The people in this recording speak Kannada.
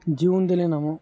ಜೀವನದಲ್ಲಿ ನಾವು